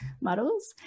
models